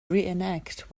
reenact